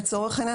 לצורך העניין,